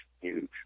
huge